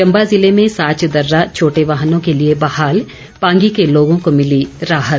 चम्बा ज़िले में साच दर्रा छोटे वाहनों के लिए बहाल पांगी के लोगों को मिली राहत